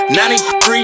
93